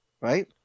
Right